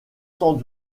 sans